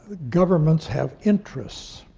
governments have interests.